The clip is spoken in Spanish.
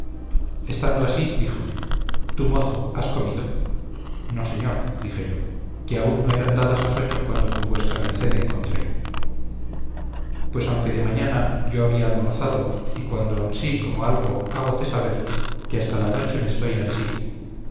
estando así díjome tú mozo has comido no señor dije yo que aún no eran dadas las ocho cuando con vuestra merced encontré pues aunque de mañana yo había almorzado y cuando ansí como algo hágote saber que hasta la noche me estoy ansí